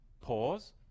pause